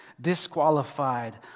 disqualified